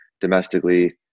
domestically